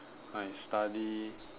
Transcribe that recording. I study